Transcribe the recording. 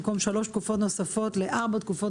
במקום שלוש תקופות נוספות לארבע תקופות